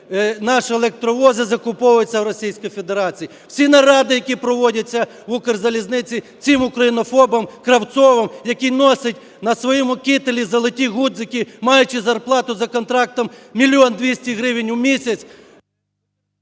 наші електровози, закуповується в Російській Федерації. Всі наради, які проводяться в "Укрзалізниці" цим українофобом Кравцовим, який носить на своєму кітелі золоті ґудзики, маючи зарплату за контрактом мільйон 200 гривень у місяць…